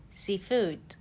seafood